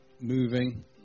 moving